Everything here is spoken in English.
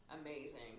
amazing